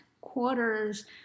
quarters